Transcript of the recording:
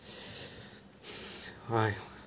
!hais!